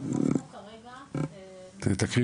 אנחנו רואים